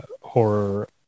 horror